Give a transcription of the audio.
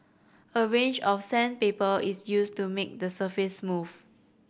a range of sandpaper is used to make the surface smooth